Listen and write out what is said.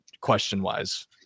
question-wise